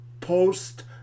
Post